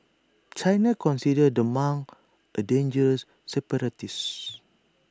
China considers the monk A dangerous separatist